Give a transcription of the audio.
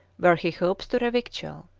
where he hopes to revictual.